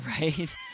right